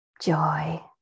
joy